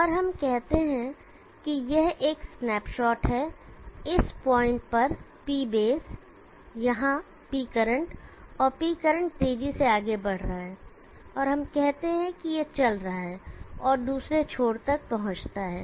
और हम कहते हैं कि यह एक स्नैपशॉट है इस पॉइंट पर P बेस यहां P करंट और P करंट तेजी से आगे बढ़ रहा है और हम कहते हैं कि यह चल रहा है और दूसरे छोर तक पहुंचता है